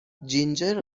جینجر